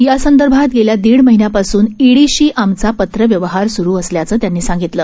यासंदर्भातगेल्यादीडमहिन्यापासूनईडीशीआमचापत्रव्यवहारसूरुअसल्याचंत्यांनीसांगितलं